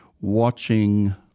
watching